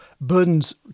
Burden's